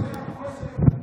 תן לו,